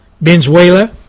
Venezuela